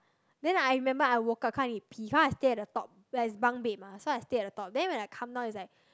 then I remember I woke up cause need to pee stay at the top where it's bunk bed mah so I stay at the top then when I come down it's like